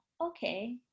okay